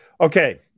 Okay